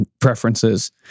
preferences